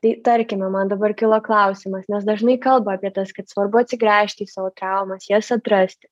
tai tarkime man dabar kilo klausimas nes dažnai kalba apie tas kad svarbu atsigręžti į savo traumas jas atrasti